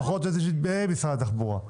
לפחות היא במשרד התחבורה.